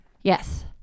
Yes